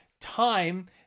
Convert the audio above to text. time